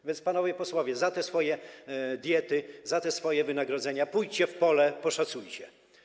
A więc, panowie posłowie, za te swoje diety, za te swoje wynagrodzenia pójdźcie w pole, poszacujcie.